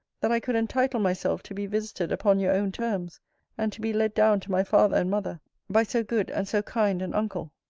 that i could entitle myself to be visited upon your own terms and to be led down to my father and mother by so good and so kind an uncle.